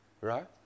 Right